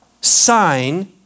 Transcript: sign